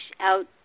out